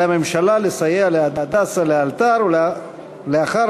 על הממשלה לסייע ל"הדסה" לאלתר ולאחר